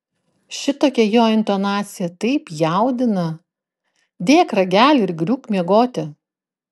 šitokia jo intonacija taip jaudina dėk ragelį ir griūk miegoti